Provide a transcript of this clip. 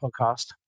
podcast